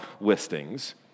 listings